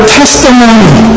testimony